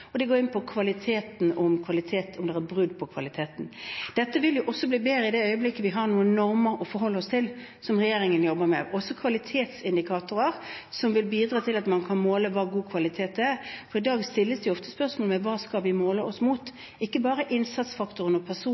går inn og ser på om det er brudd med tanke på kvaliteten. Dette vil også bli bedre i det øyeblikket vi har noen normer å forholde oss til, som regjeringen jobber med, også kvalitetsindikatorer, som vil bidra til at man kan måle hva god kvalitet er. I dag stilles det jo ofte spørsmål ved hva vi skal måle oss mot, ikke bare innsatsfaktorene og